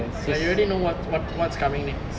so you already know what what what's coming next